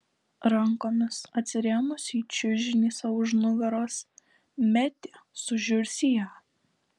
rankomis atsirėmusi į čiužinį sau už nugaros metė sužiurs į ją